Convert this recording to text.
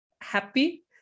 happy